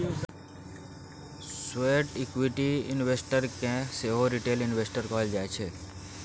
sweat equity investor केँ सेहो retail investor कहल जाइ छै